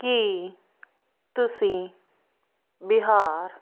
ਕੀ ਤੁਸੀਂ ਬਿਹਾਰ